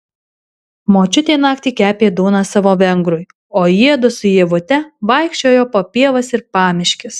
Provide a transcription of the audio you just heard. močiutė naktį kepė duoną savo vengrui o jiedu su ievute vaikščiojo po pievas ir pamiškes